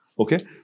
Okay